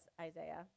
Isaiah